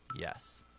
yes